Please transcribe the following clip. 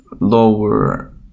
lower